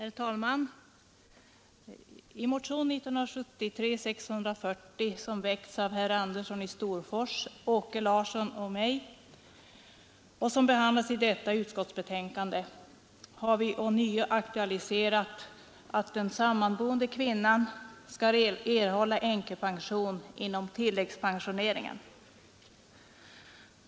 Herr talman! I motionen 640 i år, som väckts av herrar Andersson i Storfors och Larsson i Karlskoga och mig och som behandlas i socialförsäkringsutskottets betänkande nr 3, har vi ånyo aktualiserat att sammanboende kvinna skall erhålla änkepension inom tilläggspensioneringen.